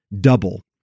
double